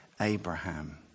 Abraham